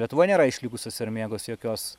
lietuvoj nėra išlikusios sermėgos jokios